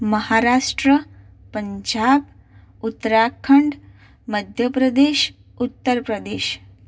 Maharashtra Punjab Uttarakhand Madhya Pradesh Uttar Pradesh